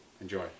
Enjoy